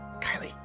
Kylie